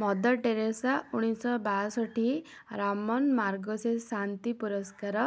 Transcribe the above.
mother Teresa ଉଣେଇଶହ ବାଶଠି Ramon Magsaysay ଶାନ୍ତି ପୁରସ୍କାର